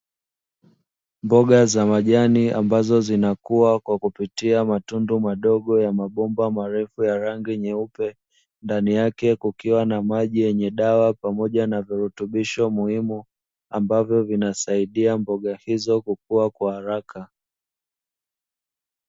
Mboga za majani ambazo zinakua kwa kupitia matundu madogo ya mabomba marefu ya rangi nyeupe, ndani yake kukiwa na maji yenye dawa pamoja na virutubisho muhimu, ambavyo vinasaidia mboga hizo kukua kwa haraka.